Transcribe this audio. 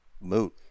moot